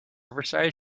oversized